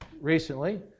recently